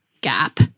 gap